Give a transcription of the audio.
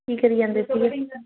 ਕੀ ਕਰੀ ਜਾਂਦੇ ਸੀਗੇ